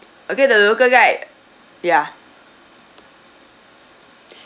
okay the local guide ya